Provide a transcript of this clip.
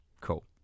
Cool